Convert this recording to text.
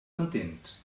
entens